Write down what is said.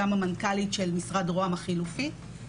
גם המנכ"לית של משרד רוה"מ החלופי,